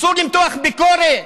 אסור למתוח ביקורת,